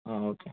okay